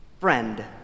Friend